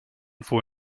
for